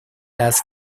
las